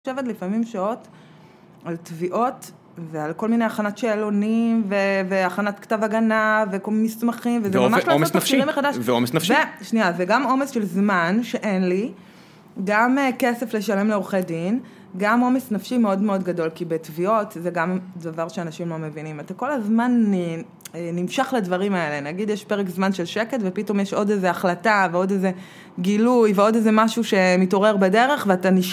אני יושבת לפעמים שעות על תביעות, ועל כל מיני הכנת שאלונים, והכנת כתב הגנה, וכל מסמכים, וזה ממש לעשות תפקידים חדשים. ועומס נפשי. ושנייה, זה גם עומס של זמן שאין לי, גם כסף לשלם לעורכי דין, גם עומס נפשי מאוד מאוד גדול, כי בתביעות וגם, זה דבר שאנשים לא מבינים. אתה כל הזמן נמשך לדברים האלה, נגיד יש פרק זמן של שקט, ופתאום יש עוד איזו החלטה, ועוד איזה גילוי, ועוד איזה משהו שמתעורר בדרך, ואתה...